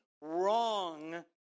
wrong